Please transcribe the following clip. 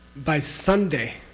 by sunday,